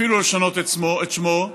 אפילו לשנות את שמו,